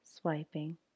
swiping